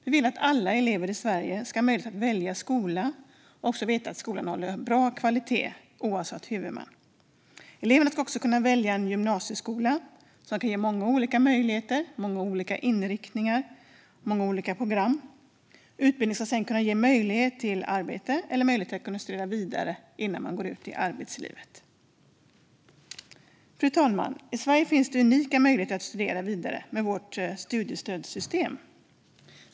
Vi vill att alla elever i Sverige ska ha möjlighet att välja skola och att de ska veta att skolan håller bra kvalitet oavsett huvudman. Eleverna ska också kunna välja en gymnasieskola som kan ge många olika möjligheter och som har många olika inriktningar och program. Utbildningen ska sedan ge möjlighet till arbete eller möjlighet att studera vidare innan man går ut i arbetslivet. Fru talman! I Sverige finns det unika möjligheter att studera vidare med vårt studiestödssystem.